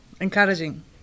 encouraging